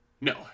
No